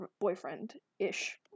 boyfriend-ish